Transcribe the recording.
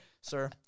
sir